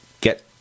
get